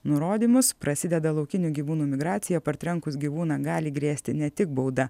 nurodymus prasideda laukinių gyvūnų migraciją partrenkus gyvūną gali grėsti ne tik bauda